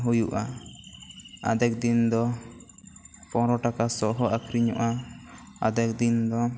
ᱦᱩᱭᱩᱜᱼᱟ ᱟᱫᱷᱮᱠ ᱫᱤᱱ ᱫᱚ ᱯᱚᱱᱮᱨᱳ ᱴᱟᱠᱟ ᱥᱚ ᱦᱚᱸ ᱟᱹᱠᱷᱟᱨᱤᱧᱜᱚᱜᱼᱟ ᱟᱫᱷᱮᱠ ᱫᱤᱱ ᱫᱚ